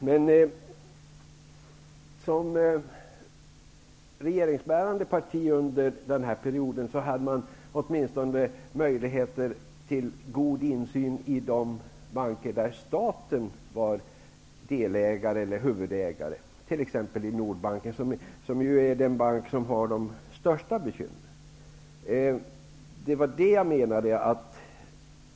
Men som regeringsbärande parti under den perioden hade man åtminstone möjlighet till god insyn i de banker där staten var del eller huvudägare, t.ex. i Nordbanken, som är den bank som har de största bekymren.